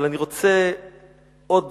אבל אני רוצה עוד